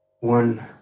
one